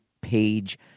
page